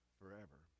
forever